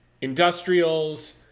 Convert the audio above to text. Industrials